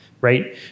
Right